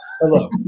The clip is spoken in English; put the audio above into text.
Hello